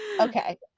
Okay